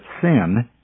sin